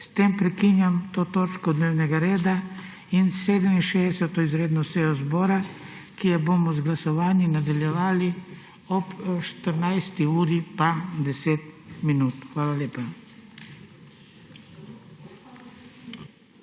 S tem prekinjam to točko dnevnega reda in 67. izredno sejo zbora, ki jo bomo z glasovanji nadaljevali ob 14. uri in 10 minut. Hvala lepa.